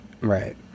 Right